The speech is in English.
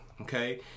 okay